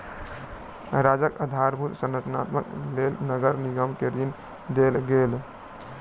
राज्यक आधारभूत संरचनाक लेल नगर निगम के ऋण देल गेल